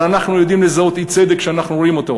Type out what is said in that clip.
אבל אנו יודעים לזהות אי-צדק כשאנו רואים אותו.